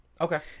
Okay